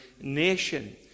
nation